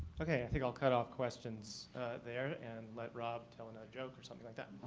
okay. i think i'll cut off questions there and let rob tell another joke or something like that.